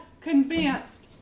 convinced